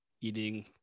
eating